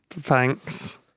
Thanks